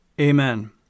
Amen